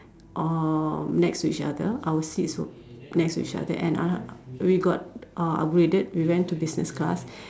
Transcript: uh next to each other our seats were next to each other and uh we got uh upgraded we went to business class